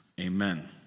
amen